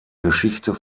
geschichte